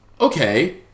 okay